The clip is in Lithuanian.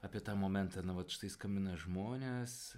apie tą momentą na vat štai skambina žmonės